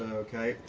okay,